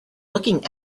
looking